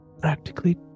practically